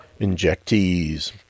injectees